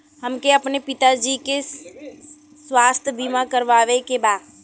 हमके अपने पिता जी के स्वास्थ्य बीमा करवावे के बा?